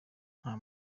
ata